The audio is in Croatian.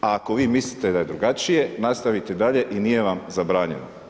A ako vi mislite da je drugačije, nastavite dalje i nije vam zabranjeno.